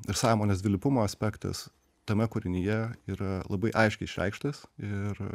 ir sąmonės dvilypumo aspektas tame kūrinyje yra labai aiškiai išreikštas ir